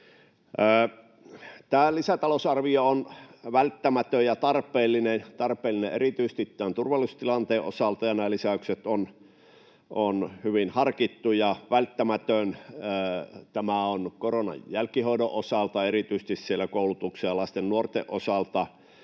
Tämä lisätalousarvio on välttämätön ja tarpeellinen erityisesti tämän turvallisuustilanteen osalta, ja nämä lisäykset ovat hyvin harkittuja. Välttämätön tämä on koronan jälkihoidon osalta, erityisesti siellä koulutuksen ja lasten ja nuorten osalta,